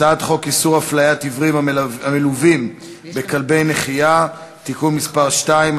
הצעת חוק איסור הפליית עיוורים המלווים בכלבי נחייה (תיקון מס' 2),